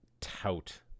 tout